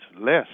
less